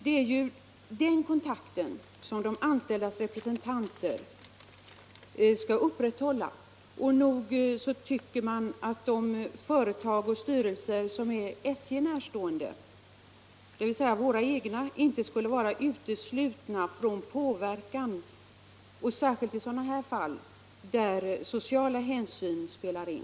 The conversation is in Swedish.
Det är ju den kontakten som de anställdas representanter skall upprätthålla. Nog tycker man att de företag och styrelser som är SJ närstående, dvs. våra egna, inte skulle vara uteslutna från påverkan — och särskilt i sådana här fall där sociala hänsyn spelar in.